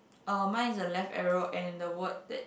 uh mine is the left arrow and the word that